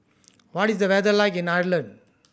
what is the weather like in Ireland